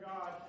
God